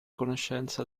conoscenza